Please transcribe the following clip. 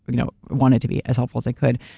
but you know wanted to be as helpful as they could.